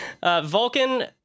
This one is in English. Vulcan